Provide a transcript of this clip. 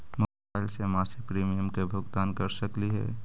Mobile से मासिक premium के भुगतान कर सकली हे?